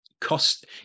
cost